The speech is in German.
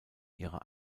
ihrer